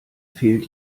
fehlt